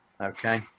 Okay